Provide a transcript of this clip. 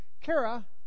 Kara